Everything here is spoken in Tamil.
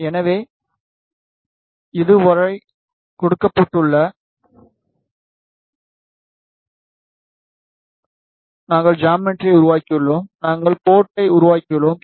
எனவே இது இதுவரை கொடுக்கப்பட்டுள்ளது நாங்கள் ஜாமெட்ரியை உருவாக்கியுள்ளோம் நாங்கள் போர்ட்டை உருவாக்கியுள்ளோம்